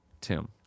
Tim